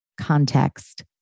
context